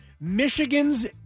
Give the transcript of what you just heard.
Michigan's